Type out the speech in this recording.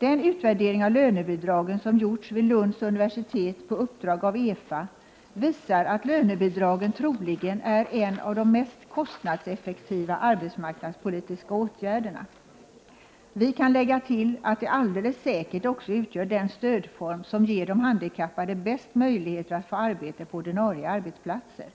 Den utvärdering av lönebidragen som gjorts vid Lunds universitet på uppdrag av EFA visar att lönebidragen troligen är en av de mest kostnadseffektiva arbetsmarknadspolitiska åtgärderna. Vi kan lägga till att de alldeles säkert också utgör den stödform som ger de handikappade bäst möjligheter att få arbete på ordinarie arbetsplatser.